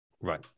right